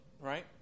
right